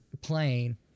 plane